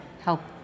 help